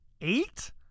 eight